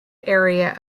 area